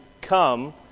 come